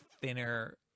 thinner